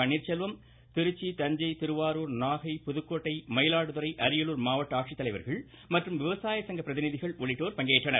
பன்னீர்செல்வம் திருச்சி தஞ்சை திருவாரூர் நாகை புதுக்கோட்டை மயிலாடுதுறை அரியலூர் மாவட்ட ஆட்சித்தலைவர்கள் மற்றும் விவசாய பிரதிநிதிகள் பங்கேற்றன்